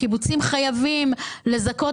הקיבוצים חייבים לזכות,